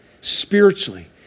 spiritually